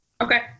Okay